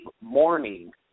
morning